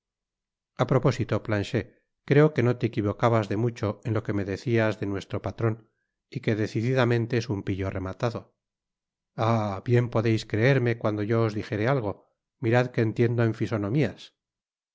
a propósito planchet creo que no te equivocabas de mucho en lo que me decias de nuestro patron y que decididamente es un pillo rematado ah bien podeis creerme cuando yo os dijere alga mirad que entiendo en fisonomías